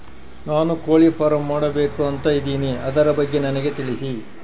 ನಾನು ಕೋಳಿ ಫಾರಂ ಮಾಡಬೇಕು ಅಂತ ಇದಿನಿ ಅದರ ಬಗ್ಗೆ ನನಗೆ ತಿಳಿಸಿ?